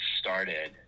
started